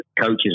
coaches